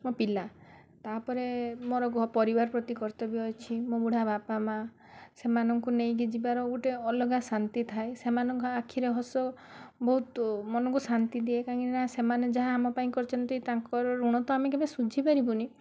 ମୋ ପିଲା ତା'ପରେ ମୋର ପରିବାର ପ୍ରତି ମୋର କର୍ତ୍ତବ୍ୟ ଅଛି ମୋ ବୁଢ଼ା ବାପା ମା' ସେମାନଙ୍କୁ ନେଇକି ଯିବାର ଗୋଟେ ଅଲଗା ଶାନ୍ତି ଥାଏ ସେମାନଙ୍କ ଆଖିରେ ହସ ମନକୁ ବହୁତ ଶାନ୍ତି ଦିଏ କାହିଁକିନା ସେମାନେ ଯାହା ଆମ ପାଇଁ କରିଛନ୍ତି ତାଙ୍କ ଋଣ ତ ଆମେ କେବେ ସୁଝି ପାରିବୁନି